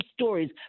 stories